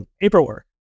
paperwork